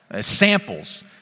samples